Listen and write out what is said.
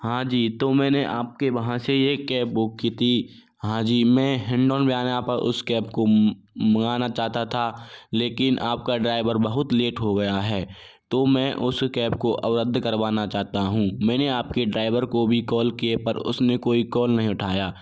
हाँ जी तो मैंने आपके वहाँ से ये कैब बुक की थी हाँ जी मैं हिण्डौन उस कैब को मँगाना चाहता था लेकिन आपका ड्राइवर बहुत लेट हो गया है तो मैं उस कैब को अब रद्द करवाना चाहता हूँ मैंने आपके ड्राइवर को भी कॉल किए पर उसने कोई कॉल नहीं उठाया